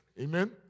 Amen